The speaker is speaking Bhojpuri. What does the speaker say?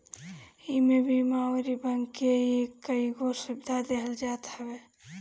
इमे बीमा अउरी बैंक के कईगो सुविधा देहल जात हवे